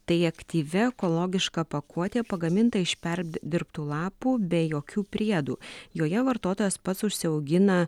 tai aktyvi ekologiška pakuotė pagaminta iš perdirbtų lapų be jokių priedų joje vartotojas pats užsiaugina